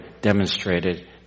demonstrated